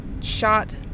shot